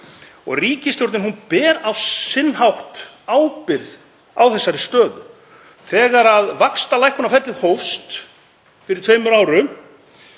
Ríkisstjórnin ber á sinn hátt ábyrgð á þessari stöðu. Þegar vaxtalækkunarferlið hófst fyrir tveimur árum